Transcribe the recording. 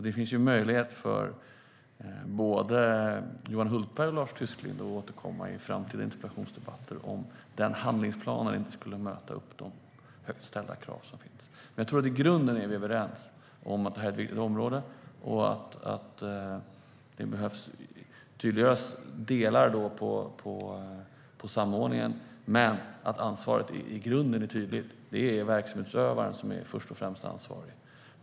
Det finns möjlighet för både Johan Hultberg och Lars Tysklind att återkomma i framtida interpellationsdebatter om handlingsplanen inte skulle möta de högt ställda krav som finns. I grunden tror jag att vi är överens om att det här är ett viktigt område och att delar av samordningen behöver tydliggöras men att ansvaret i grunden är tydligt. Det är först och främst verksamhetsutövaren som är ansvarig.